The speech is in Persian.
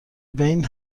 بین